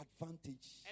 advantage